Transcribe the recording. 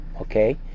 Okay